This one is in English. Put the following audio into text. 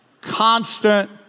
Constant